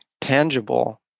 tangible